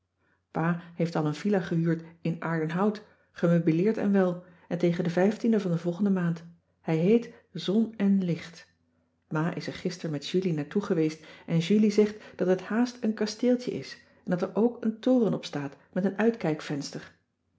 pa heeft al een villa gehuurd in aerdenhout gemeubileerd en wel tegen de e van de volgende maand hij heet zon en licht ma is er gisteren met julie naar toe geweest en julie zegt dat het haast een kasteeltje is en dat er ook een toren op staat met een